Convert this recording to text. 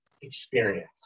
experience